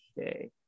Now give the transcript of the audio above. Okay